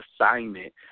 assignment